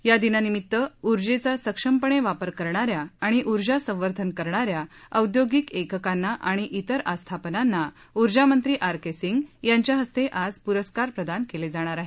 या दिनानिमित्त उर्जेचा सक्षमपणे वापर करणाऱ्या आणि उर्जा संवर्धन करणाऱ्या औद्योगिक एककांना आणि इतर आस्थापनांना उर्जा मंत्री आर के सिंग यांच्या हस्ते आजपुरस्कार प्रदान केले जाणार आहेत